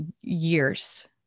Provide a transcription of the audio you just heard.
years